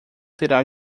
terá